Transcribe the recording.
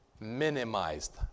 minimized